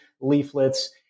leaflets